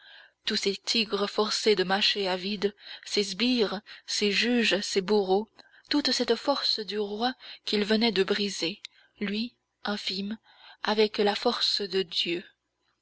tous ces tigres forcés de mâcher à vide ces sbires ces juges ces bourreaux toute cette force du roi qu'il venait de briser lui infime avec la force de dieu